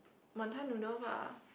wanton noodles lah